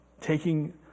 taking